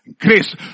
Grace